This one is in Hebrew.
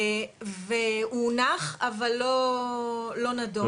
הונח אבל לא נדון,